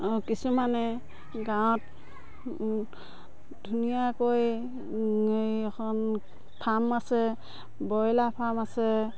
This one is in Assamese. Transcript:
কিছুমানে গাঁৱত ধুনীয়াকৈ এখন ফাৰ্ম আছে ব্ৰইলাৰ ফাৰ্ম আছে